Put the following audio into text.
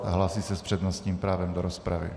Hlásí se s přednostním právem do rozpravy.